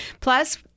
plus